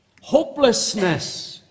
hopelessness